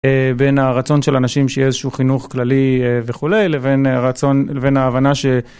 בין הרצון של אנשים שיהיה איזשהו חינוך כללי וכולי, לבין הרצון, לבין ההבנה ש...